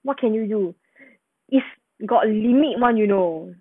what can you do if got limit [one] you know